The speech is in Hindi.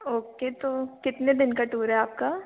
ओके तो कितने दिन का टूर है आपका